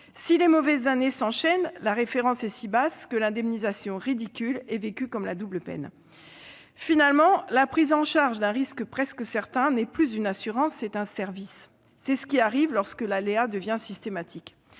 si les mauvaises années s'enchaînent, la référence est si basse que l'indemnisation ridicule est vécue comme une double peine. Finalement, la prise en charge d'un risque presque certain n'est plus une assurance, c'est un service. C'est ce qui arrive lorsque l'aléa devient systématique.